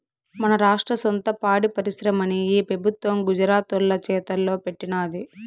మన రాష్ట్ర సొంత పాడి పరిశ్రమని ఈ పెబుత్వం గుజరాతోల్ల చేతల్లో పెట్టినాది